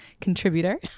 contributor